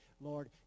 Lord